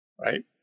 Right